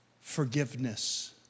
forgiveness